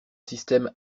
systèmes